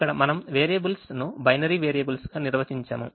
ఇక్కడ మనం వేరియబుల్స్ ను బైనరీ వేరియబుల్స్ గా నిర్వచించాము